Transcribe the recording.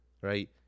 right